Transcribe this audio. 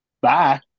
bye